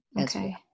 Okay